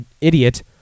idiot